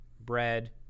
bread